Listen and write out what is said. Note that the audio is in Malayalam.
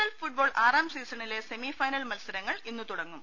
എൽ ഫുട്ബോൾ ആറാം സീസണിലെ സെമിഫൈ നൽ മൽസരങ്ങൾ ഇന്ന് തുടങ്ങും